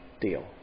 deal